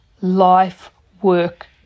life-work